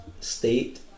state